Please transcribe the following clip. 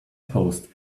post